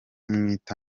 mwita